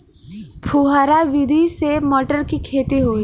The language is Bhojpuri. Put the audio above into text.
फुहरा विधि से मटर के खेती होई